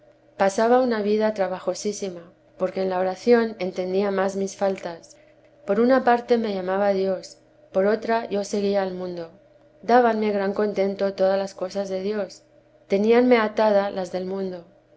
pasaba una vida trabajosísima porque en la oración entendía más mis faltas por una parte me llamaba dios por otra yo seguía al mundo dábanme gran contento todas las cosas de dios teníanme atada las del mundo